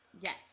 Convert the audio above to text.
Yes